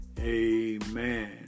Amen